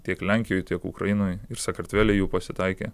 tiek lenkijoj tiek ukrainoj ir sakartvele jų pasitaikė